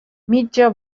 mitja